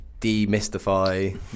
demystify